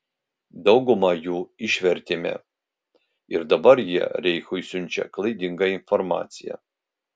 daugumą jų išvertėme ir dabar jie reichui siunčia klaidingą informaciją